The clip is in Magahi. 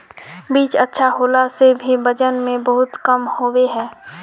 बीज अच्छा होला से भी वजन में बहुत कम होबे है?